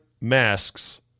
masks